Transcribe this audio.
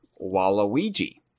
Waluigi